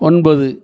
ஒன்பது